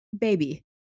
baby